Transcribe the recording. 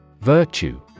Virtue